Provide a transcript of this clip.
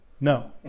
no